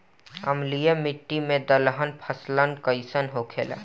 अम्लीय मिट्टी मे दलहन फसल कइसन होखेला?